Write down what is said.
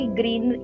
green